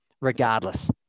regardless